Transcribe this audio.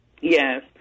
Yes